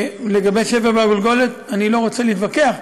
לגבי שבר בגולגולת, אני לא רוצה להתווכח.